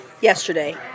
Yesterday